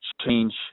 change